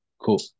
cool